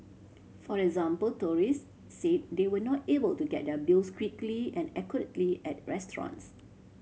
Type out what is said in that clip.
for example tourist said they were not able to get their bills quickly and accurately at restaurants